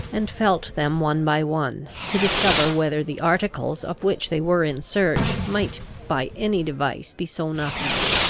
and felt them one by one, to discover whether the articles of which they were in search might by any device be sewn up in them.